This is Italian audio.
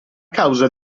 causa